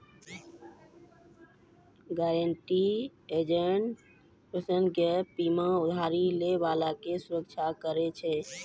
guaranteed asset protection gap बीमा उधारी लै बाला के सुरक्षा करै छै